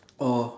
oh